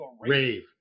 rave